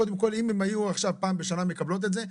קודם כל אם הן היו עכשיו פעם בשנה מקבלות את זה,